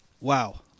Wow